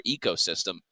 ecosystem